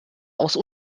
aus